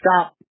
stop